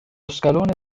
scalone